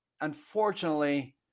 Unfortunately